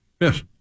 Yes